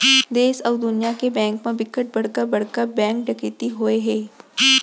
देस अउ दुनिया के बेंक म बिकट बड़का बड़का बेंक डकैती होए हे